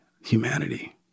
humanity